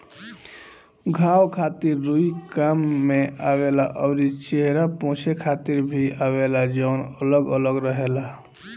घाव खातिर रुई काम में आवेला अउरी चेहरा पोछे खातिर भी आवेला जवन अलग अलग रहेला